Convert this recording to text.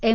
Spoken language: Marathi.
एम